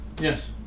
Yes